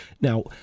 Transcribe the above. Now